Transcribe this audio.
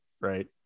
right